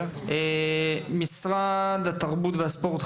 חנן, נציג המשרד התרבות והספורט,